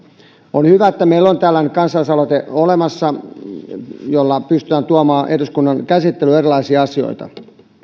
on hyvä että meillä on olemassa tällainen kansalaisaloite jolla pystytään tuomaan eduskunnan käsittelyyn erilaisia asioita